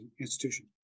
institution